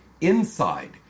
INSIDE